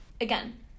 Again